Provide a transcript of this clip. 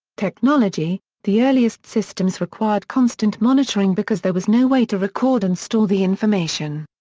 technology the earliest systems required constant monitoring because there was no way to record and store the information.